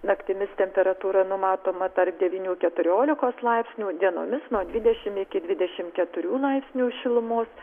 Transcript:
naktimis temperatūra numatoma tarp devynių keturiolikos laipsnių dienomis nuo dvidešim iki dvidešim keturių laipsnių šilumos